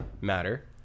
matter